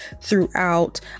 throughout